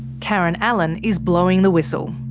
karen allen is blowing the whistle.